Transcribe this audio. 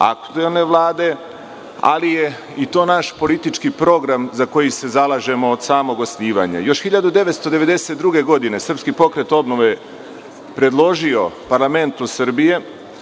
aktuelne Vlade, ali je i to naš politički program za koji se zalažemo od samog osnivanja. Još 1992. godine SPO je predložio parlamentu Srbije